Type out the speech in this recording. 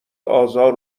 آزار